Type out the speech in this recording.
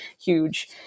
huge